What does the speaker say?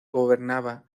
gobernaba